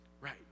right